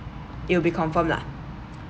you'll be confirmed lah